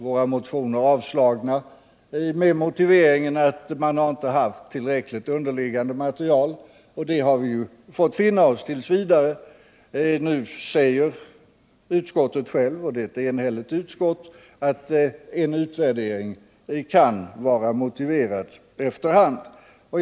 Våra motioner har avslagits med motiveringen att man inte har haft tillräckligt underliggande material, och det har vi fått finna oss it. v. Nu säger utskottet — och det är ett enhälligt utskott — att en utvärdering kan vara motiverad efter hand.